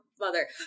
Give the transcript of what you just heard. mother